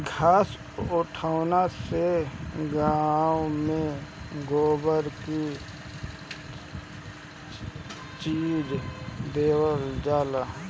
घास उठौना से गाँव में गोबर भी खींच देवल जाला